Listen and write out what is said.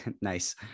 Nice